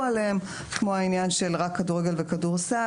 עליהם כמו העניין של רק כדורגל וכדורסל,